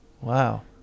Wow